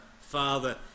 Father